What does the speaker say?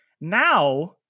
now